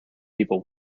people